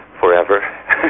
forever